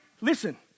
listen